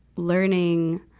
learning,